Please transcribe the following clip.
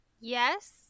Yes